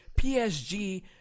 PSG